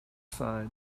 side